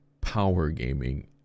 power-gaming